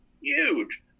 huge